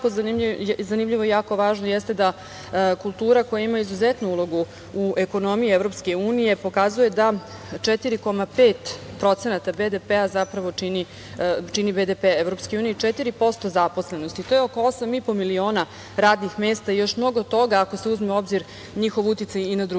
zanimljivo i jako važno jeste da kultura koja ima izuzetnu ulogu u ekonomiji EU pokazuje da 4,5% BDP-a zapravo čini BDP EU i 4% zaposlenosti. To je oko osam i po miliona radnih mesta i još mnogo toga ako se uzme u obzir njihov uticaj i na druge